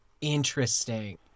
interesting